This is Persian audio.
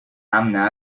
امن